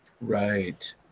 right